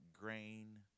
grain